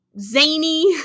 zany